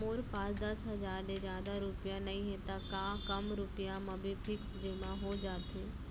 मोर पास दस हजार ले जादा रुपिया नइहे त का कम रुपिया म भी फिक्स जेमा हो जाथे?